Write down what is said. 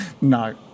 No